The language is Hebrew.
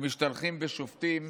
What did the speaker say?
כשמשתלחים בשופטים,